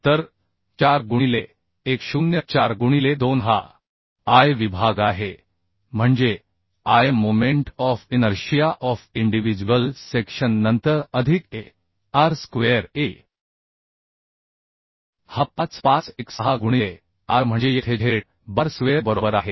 तर 4 गुणिले 1 0 4 गुणिले 2 हा I विभाग आहे म्हणजे I moment of inertia of individual section नंतर अधिक a r स्क्वेअर aहा 5 5 1 6 गुणिले r म्हणजे येथे z बार स्क्वेअर बरोबर आहे